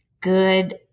good